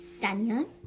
daniel